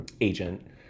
agent